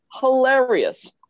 hilarious